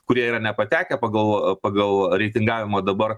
kurie yra nepatekę pagal pagal reitingavimo dabar